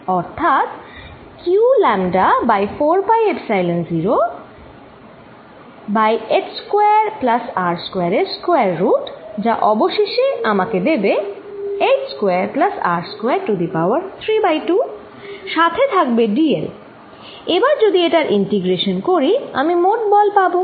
অর্থাৎ q λ by 4 pi এফসাইলন0 by h square plus R স্কয়ারএর স্কয়ার রুট যা অবশেষে আমাকে দেবে h square plus R square to the power 32 সাথে থাকবে dl এবার যদি এটার ইন্টিগ্রেশন করি আমি মোট বল পাব